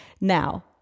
Now